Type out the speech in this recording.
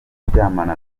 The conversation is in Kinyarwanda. kuryamana